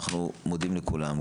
אנחנו מודים לכולם,